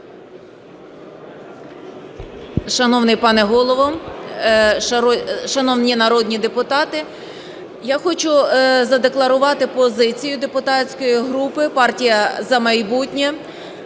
Шановний пане Голово, шановні народні депутати, я хочу задекларувати позицію депутатської групи "Партія "За майбутнє"